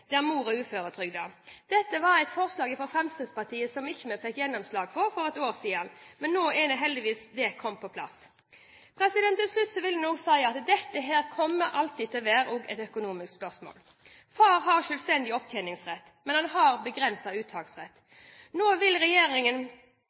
Dette var et forslag fra Fremskrittspartiet som vi ikke fikk gjennomslag for for et år siden, men nå er heldigvis det kommet på plass. Til slutt vil jeg si at dette alltid også kommer til å være et økonomisk spørsmål. Far har selvstendig opptjeningsrett, men han har begrenset uttaksrett.